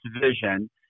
vision